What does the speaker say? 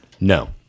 No